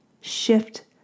shift